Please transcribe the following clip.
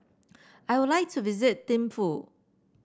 I would like to visit Thimphu